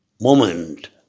moment